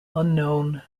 unknown